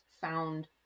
found